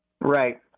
Right